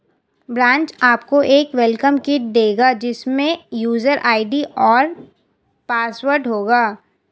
branch आपको एक welcome kit देगा जिसमे यूजर आई.डी और पासवर्ड होगा